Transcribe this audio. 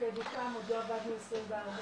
שהמוקד הוקם עוד לא הבנו עם מה מתמודדים,